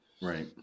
Right